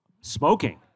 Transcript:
Smoking